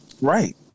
right